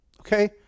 okay